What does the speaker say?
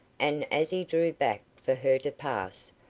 and as he drew back for her to pass,